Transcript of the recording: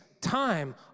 time